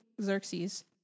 Xerxes